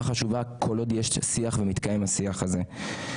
חשובה כל עוד יש שיח ומתקיים השיח הזה.